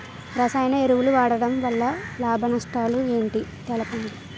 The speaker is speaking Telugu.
రసాయన ఎరువుల వాడకం వల్ల లాభ నష్టాలను తెలపండి?